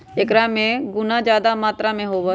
एकरा में गुना जादा मात्रा में होबा हई